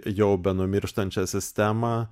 jau benumirštančią sistemą